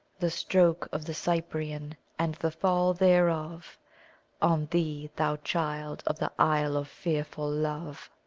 the stroke of the cyprian and the fall thereof on thee, thou child of the isle of fearful love!